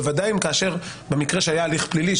בוודאי אם כאשר במקרה שהיה הליך פלילי,